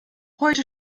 heute